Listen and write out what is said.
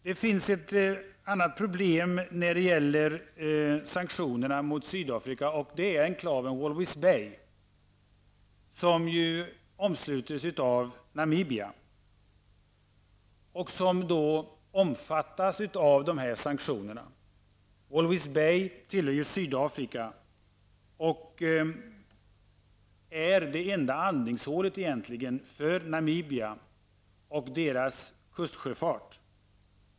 Det finns också ett annat problem när det gäller sanktionerna mot Sydafrika, och det är en Walvis Bay, som omslutes av Namibia och som omfattas av sanktionerna. Walvis Bay tillhör ju Sydafrika och är egentligen det enda andningshålet för Namibia och dess kustsjöfart.